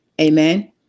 Amen